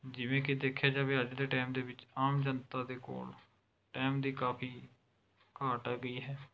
ਜਿਵੇਂ ਕਿ ਦੇਖਿਆ ਜਾਵੇ ਅੱਜ ਦੇ ਟਾਈਮ ਦੇ ਵਿੱਚ ਆਮ ਜਨਤਾ ਦੇ ਕੋਲ ਟਾਈਮ ਦੀ ਕਾਫੀ ਘਾਟ ਹੈਗੀ ਹੈ